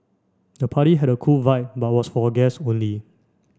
the party had a cool vibe but was for guest only